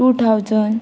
two thousand